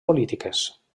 polítiques